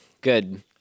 Good